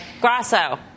Grasso